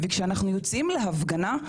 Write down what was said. וכשאנחנו יוצאים להפגנה,